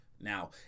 now